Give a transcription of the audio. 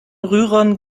rührern